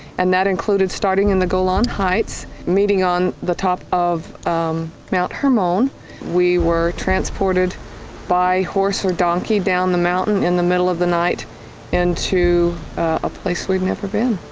and that included starting in the golan heights, meeting on the top of mount hermon we were transported by horse or donkey down the mountain in the middle of the night into a place we'd never been.